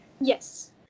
Yes